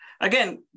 Again